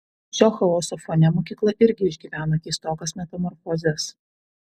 šio chaoso fone mokykla irgi išgyvena keistokas metamorfozes